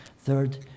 Third